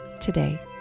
today